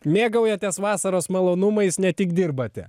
mėgaujatės vasaros malonumais ne tik dirbate